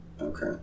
Okay